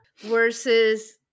versus